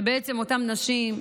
שבעצם אותן נשים,